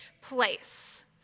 place